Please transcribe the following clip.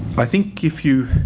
i think if you,